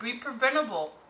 preventable